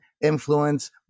influence